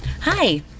Hi